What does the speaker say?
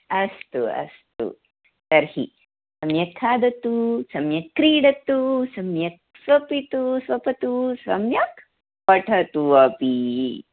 अस्तु अस्तु तर्हि सम्यक् खादतु सम्यक् क्रीडतु सम्यक् स्वपितु स्वपतु सम्यक् पठतु अपि